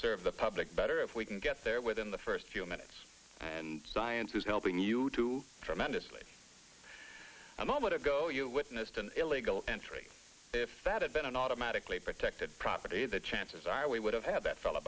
serve the public better if we can get there within the first few minutes and science is helping you to tremendously a moment ago you witnessed an illegal entry if that had been automatically protected property the chances are we would have had that fellow